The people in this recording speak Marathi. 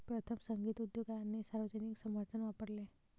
प्रथम, संगीत उद्योगाने सार्वजनिक समर्थन वापरले